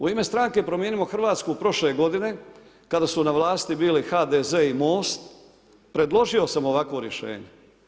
U ime stranke Promijenimo Hrvatsku prošle je godine kada su na vlasti bili HDZ i MOST, predložio sam ovakvo rješenje.